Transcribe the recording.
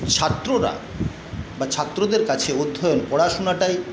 ছাত্ররা বা ছাত্রদের কাছে অধ্যয়ন পড়াশুনাটাই